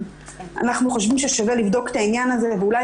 אנחנו חושבים ששווה לבדוק את העניין הזה ואולי